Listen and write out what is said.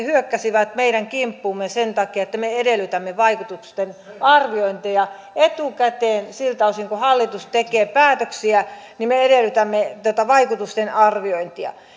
hyökkäsivät meidän kimppuumme sen takia että me edellytämme vaikutusten arviointeja etukäteen siltä osin kuin hallitus tekee päätöksiä me edellytämme tätä vaikutusten arviointia